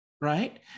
right